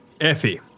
Effie